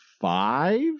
five